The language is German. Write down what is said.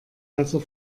besser